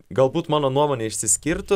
galbūt mano nuomonė išsiskirtų